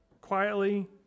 quietly